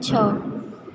છ